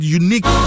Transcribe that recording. unique